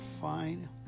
fine